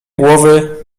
głowy